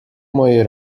moje